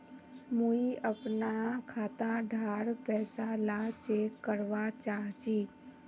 मुई अपना खाता डार पैसा ला चेक करवा चाहची?